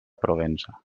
provença